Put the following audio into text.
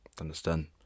understand